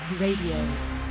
Radio